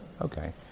okay